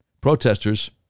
protesters